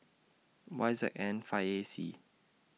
Y Z N five A C